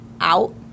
out